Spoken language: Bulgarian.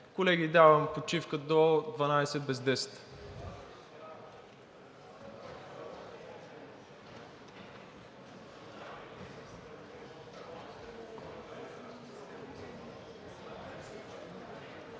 Колеги, давам почивка до 11,50 ч.